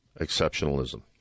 exceptionalism